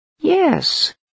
Yes